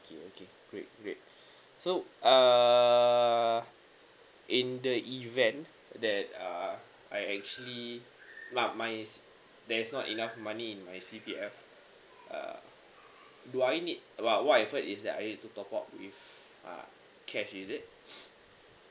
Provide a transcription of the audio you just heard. okay okay great great so err in the event that uh I actually but mine is there's not enough money in my C_P_F uh do I need about what effort is that I need to top up with uh cash is it